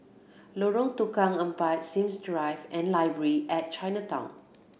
Lorong Tukang Empat Sims Drive and Library at Chinatown